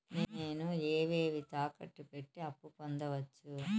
నేను ఏవేవి తాకట్టు పెట్టి అప్పు పొందవచ్చు?